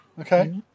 Okay